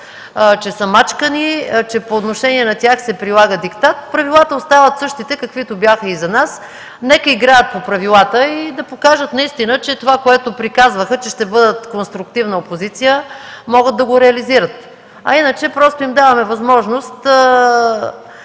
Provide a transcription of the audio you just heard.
че са мачкани, че по отношение на тях се прилага диктат. Правилата остават същите, каквито бяха и за нас. Нека играят по правилата и да покажат наистина, че това, което приказваха, че ще бъдат конструктивна опозиция, могат да го реализират. Иначе просто им даваме възможност